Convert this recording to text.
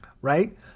right